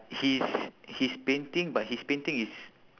he's he's painting but his painting is